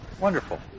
wonderful